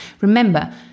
Remember